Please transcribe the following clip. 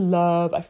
love